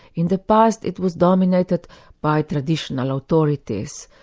in the past it was dominated by traditional authorities,